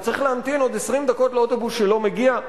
וצריך להמתין עוד 20 דקות לאוטובוס שלא מגיע?